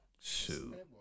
Shoot